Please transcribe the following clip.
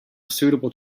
suitable